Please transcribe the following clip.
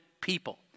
people